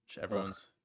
everyone's